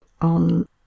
on